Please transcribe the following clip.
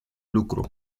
lucru